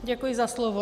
Děkuji za slovo.